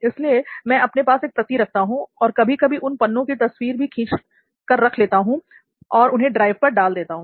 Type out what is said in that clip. इसलिए मैं अपने पास एक प्रति रखता हूं और कभी कभी उन पन्नों की तस्वीर भी खींच कर रख लेता हूं और उन्हें ड्राइव पर डाल देता हूं